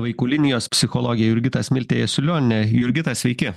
vaikų linijos psichologė jurgita smiltė jasiulionienė jurgita sveiki